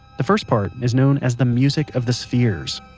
the first part is known as the music of the spheres.